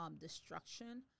destruction